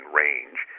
range